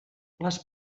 les